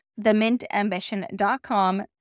themintambition.com